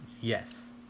Yes